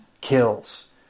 kills